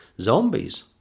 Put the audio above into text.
zombies